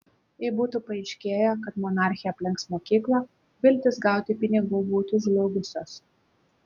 jei būtų paaiškėję kad monarchė aplenks mokyklą viltys gauti pinigų būtų žlugusios